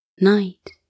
night